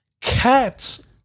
cats